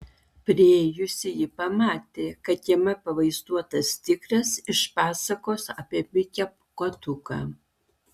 priėjusi ji pamatė kad jame pavaizduotas tigras iš pasakos apie mikę pūkuotuką